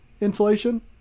insulation